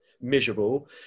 miserable